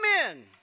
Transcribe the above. amen